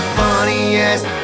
funniest